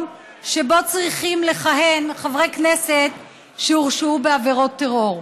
שבו צריכים לכהן חברי כנסת שהורשעו בעבירות טרור.